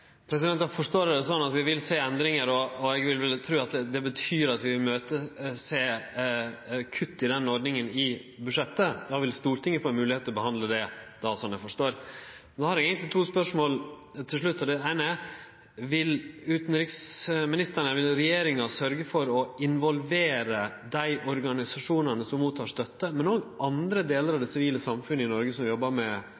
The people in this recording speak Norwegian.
forstår eg det slik at vi vil sjå endringar, og eg vil tru at det betyr at vi vil sjå kutt i denne ordninga i budsjettet. Då vil Stortinget få moglegheit til å behandle det då, slik eg forstår. Eg har eigentleg to spørsmål til slutt. Det eine er: Vil regjeringa på førehand sørgje for å involvere dei organisasjonane som får støtte – men òg andre delar av